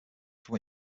from